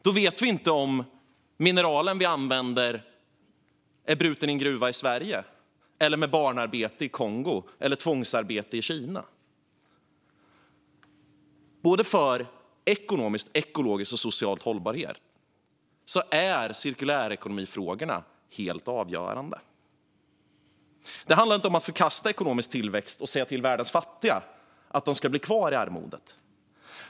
Då vet vi inte om mineralet vi använder är brutet i en gruva i Sverige eller genom barnarbete i Kongo eller tvångsarbete i Kina. För både ekonomisk, ekologisk och social hållbarhet är cirkulärekonomifrågorna helt avgörande. Det handlar inte om att förkasta ekonomisk tillväxt och säga till världens fattiga att de ska bli kvar i armodet.